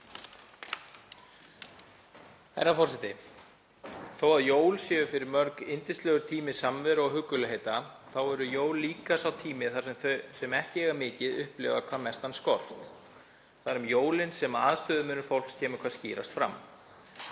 Herra forseti. Þótt jól séu fyrir mörg yndislegur tími samveru og huggulegheita eru jól líka sá tími þar sem þau sem ekki eiga mikið upplifa hvað mestan skort. Það er um jólin sem aðstöðumunur fólks kemur hvað skýrast fram.